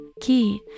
key